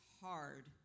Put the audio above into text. hard